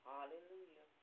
Hallelujah